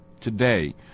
today